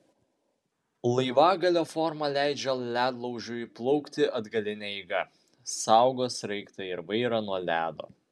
laivagalio forma leidžia ledlaužiui plaukti atgaline eiga saugo sraigtą ir vairą nuo ledo